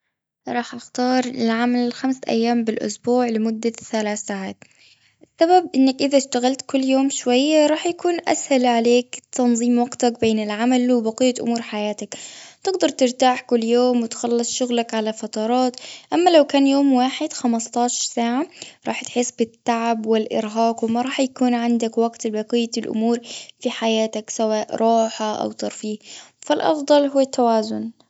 راح اختار العمل خمس أيام بالأسبوع لمدة ثلاث ساعات. السبب إنك إذا اشتغلت كل يوم شوية، راح يكون أسهل عليك تنظيم وقتك بين العمل، وبقية أمور حياتك. تقدر ترتاح كل يوم، وتخلص شغلك على فترات. أما لو كان يوم واحد، خمستاشر ساعة، راح تحس بالتعب والإرهاق. وما راح يكون عندك وقت لبقية الأمور في حياتك، سواء راحة، أو ترفية. فالأفضل هو التوازن.